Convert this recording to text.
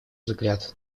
взгляд